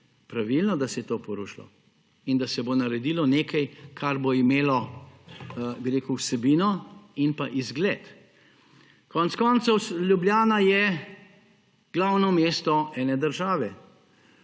Pravilno, da se je to porušilo in da se bo naredilo nekaj, kar bo imelo vsebino in pa izgled. Konec koncev je Ljubljana glavno mesto ene države.